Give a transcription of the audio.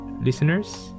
listeners